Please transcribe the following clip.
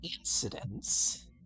incidents